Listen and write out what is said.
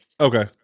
okay